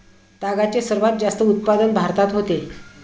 तागाचे सर्वात जास्त उत्पादन भारतात होते